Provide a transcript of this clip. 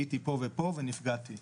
הייתי פה ופה ונפגעתי.